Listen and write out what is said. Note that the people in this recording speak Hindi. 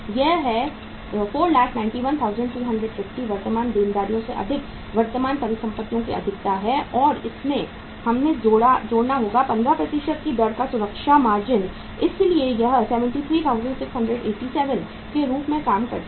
ये है 491250 वर्तमान देनदारियों से अधिक वर्तमान परिसंपत्तियों की अधिकता है और इसमें हमें जोड़ना होगा 15 की दर से सुरक्षा मार्जिन इसलिए यह 73687 के रूप में काम करता है